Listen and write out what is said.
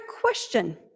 question